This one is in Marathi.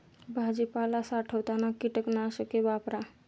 भाजीपाला साठवताना कीटकनाशके वापरा